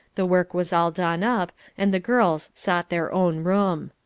the work was all done up and the girls sought their own room.